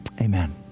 Amen